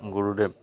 গুৰুদেৱ